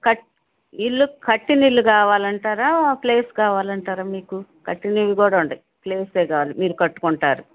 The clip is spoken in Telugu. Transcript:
ఇల్లు కట్టిన ఇల్లు కావాలి అంటారా ప్లేస్ కావాలి అంటారా మీకు కట్టినవి కూడా ఉన్నాయి ప్లేసే కావాలి మీరు కట్టుకుంటారు